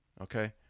okay